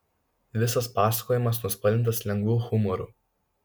visas pasakojimas nuspalvintas lengvu humoru